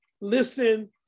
listen